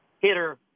hitter